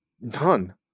None